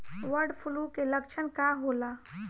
Bird flu के लक्षण का होला?